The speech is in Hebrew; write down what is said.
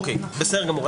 בסדר גמור.